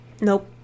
Nope